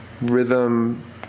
rhythm